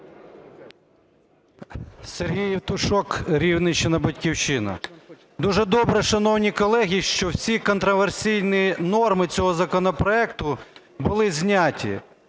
Сергій Євтушок, Рівненщина, "Батьківщина". Дуже добре, шановні колеги, що всі контраверсійні норми цього законопроекту були зняті.